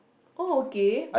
oh okay